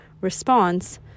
response